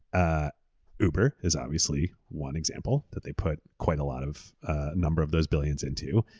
ah auber is obviously one example that they put quite a lot of number of those billions into.